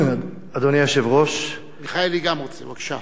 אדוני היושב-ראש, מיכאלי גם רוצה, בבקשה.